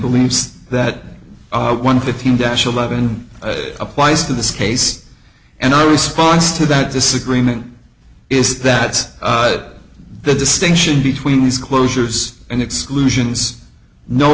believes that one fifteen dash eleven applies to this case and our response to that disagreement is that the distinction between these closures and exclusions no